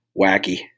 wacky